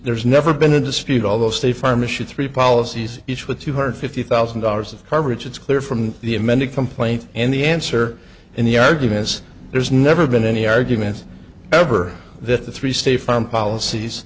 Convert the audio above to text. there's never been a dispute although state farm issued three policies each with two hundred fifty thousand dollars of coverage it's clear from the amended complaint and the answer in the argument is there's never been any argument ever that the three stay firm policies